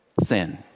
sin